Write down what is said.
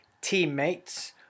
teammates